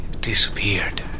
disappeared